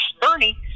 Bernie